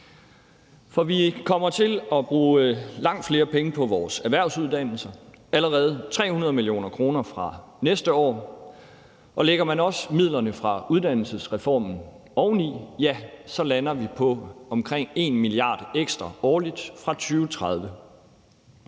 For vi kommer til at bruge langt flere penge på vores erhvervsuddannelser: allerede 300 mio. kr. fra næste år. Lægger man også midlerne fra uddannelsesreformer oveni, lander vi på omkring 1 mia. kr. ekstra årligt fra 2030.